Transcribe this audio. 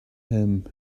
him